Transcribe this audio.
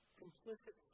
complicit